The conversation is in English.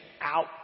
out